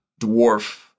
dwarf